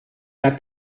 got